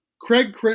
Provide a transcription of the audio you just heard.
Craig